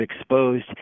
exposed